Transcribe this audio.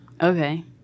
Okay